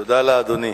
תודה לאדוני.